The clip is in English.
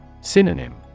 Synonym